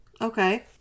Okay